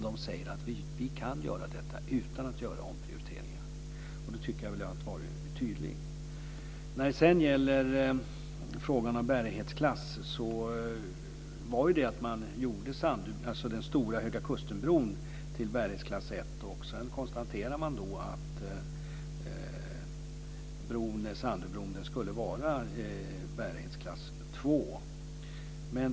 De säger att de kan göra detta utan omprioriteringar. Då tycker jag att jag har varit tydlig. När det sedan gäller frågan om bärighetsklass gjordes den stora Höga kusten-bron till bärighetsklass 1, och sedan konstaterades att Sandöbron skulle vara bärighetsklass 2.